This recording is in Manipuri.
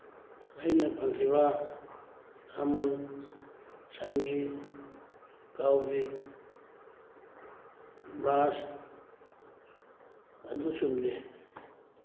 ꯑꯩꯅ ꯐꯪꯈꯤꯕ ꯑꯃꯨꯜ ꯁꯟꯒꯤ ꯀꯥꯎ ꯒꯤ ꯕ꯭ꯔꯥꯟꯁ ꯑꯗꯨ ꯆꯨꯝꯗꯦ